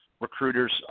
recruiters